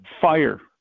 fire